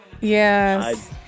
Yes